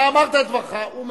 אתה אמרת את דבריך, הוא משיב,